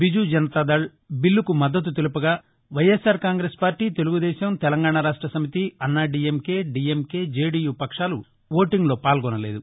బిజూ జనతాదక్ బిల్లకు మద్దతు తెలుపగా వైఎస్ఆర్ కాంగ్రెస్ పార్టీ తెలుగుదేశం తెలంగాణ రాష్ట సమితి అన్నాడీఎంకే జేదీయూ పక్షాలు ఓటింగ్లో పాల్గొనలేదు